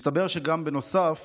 מסתבר שהם נענשים